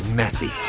messy